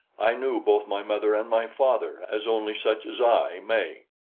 i knew both my mother and my father, as only such as i may.